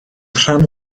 rhan